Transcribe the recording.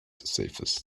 safest